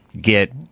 get